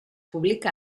publica